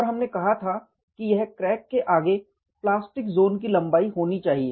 और हमने कहा था कि यह क्रैक के आगे प्लास्टिक ज़ोन की लंबाई होनी चाहिए